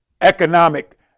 economic